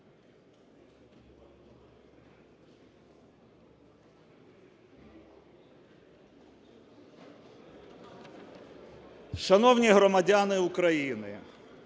шановні громадяни України!